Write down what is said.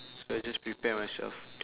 so I just prepare myself